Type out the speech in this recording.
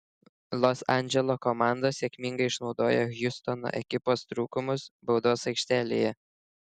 los andželo komanda sėkmingai išnaudojo hjustono ekipos trūkumus baudos aikštelėje